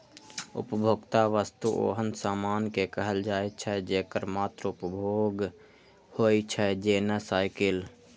उपभोक्ता वस्तु ओहन सामान कें कहल जाइ छै, जेकर मात्र उपभोग होइ छै, जेना साइकिल